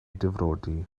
difrodi